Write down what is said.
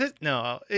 no